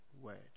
word